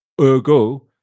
Ergo